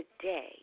today